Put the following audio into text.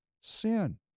sin